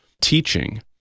teaching